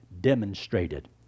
demonstrated